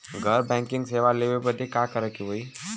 घर बैकिंग सेवा लेवे बदे का करे के होई?